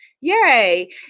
Yay